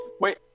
Wait